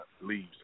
leaves